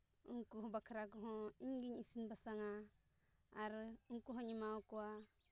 ᱩᱱᱠᱩ ᱦᱚᱸ ᱵᱟᱠᱷᱨᱟ ᱠᱚᱦᱚᱸ ᱤᱧᱜᱤᱧ ᱤᱥᱤᱱ ᱵᱟᱥᱟᱝᱼᱟ ᱟᱨ ᱩᱱᱠᱩᱦᱚᱸᱧ ᱮᱢᱟᱠᱚᱣᱟ